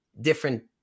different